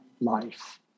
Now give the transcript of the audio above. life